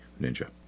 ninja